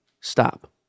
stop